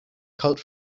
cult